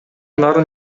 нарын